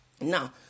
Now